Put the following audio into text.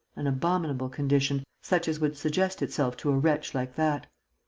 an abominable condition, such as would suggest itself to a wretch like that?